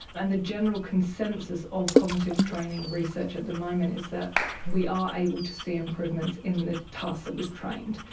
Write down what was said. and the general consensus of cognitive training research at the moment is that we are able to see improvements in the task that we've trained.